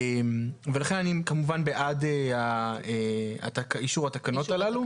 לכן אני כמובן בעד אישור התקנות הללו.